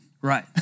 right